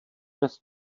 bez